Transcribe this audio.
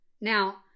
Now